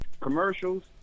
commercials